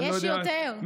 יש יותר.